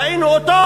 ראינו אותו,